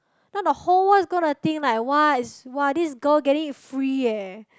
now the whole world's gonna think like [wah] this girl getting it free eh